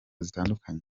zitandukanye